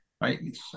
right